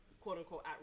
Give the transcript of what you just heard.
quote-unquote